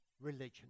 religion